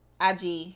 IG